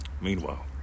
Meanwhile